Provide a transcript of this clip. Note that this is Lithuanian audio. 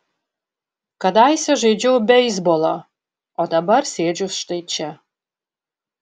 kadaise žaidžiau beisbolą o dabar sėdžiu štai čia